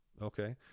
Okay